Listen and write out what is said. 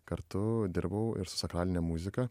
kartu dirbau ir su sakraline muzika